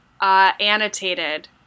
annotated